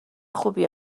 خوبی